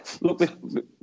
Look